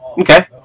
Okay